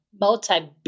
multi